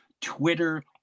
twitter